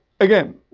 again